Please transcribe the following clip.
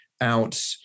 out